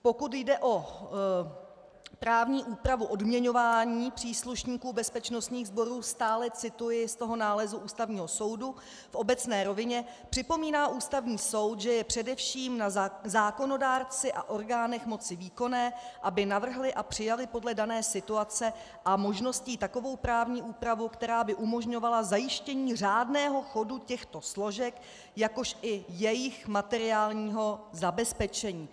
Pokud jde o právní úpravu odměňování příslušníků bezpečnostních sborů stále cituji z toho nálezu Ústavního soudu v obecné rovině připomíná Ústavní soud, že je především na zákonodárci a orgánech moci výkonné, aby navrhli a přijali podle dané situace a možností takovou právní úpravu, která by umožňovala zajištění řádného chodu těchto složek, jakož i jejich materiálního zabezpečení.